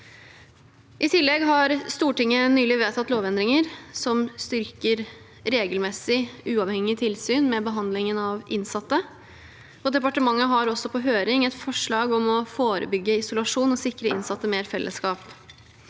I tillegg har Stortinget nylig vedtatt lovendringer som styrker regelmessig, uavhengig tilsyn med behandlingen av innsatte, og departementet har også på høring forslag om å forebygge isolasjon og sikre innsatte mer fellesskap.